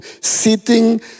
sitting